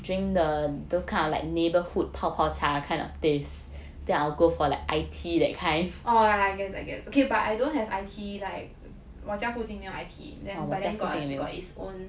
oh I gets I gets okay but I don't have iTea like 我家附近没有 iTea then but then got it's own